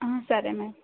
ఆ సరే మేమ్